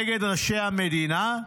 נגד אנשי המדינה,